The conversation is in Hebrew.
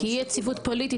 כי אי-יציבות פוליטית,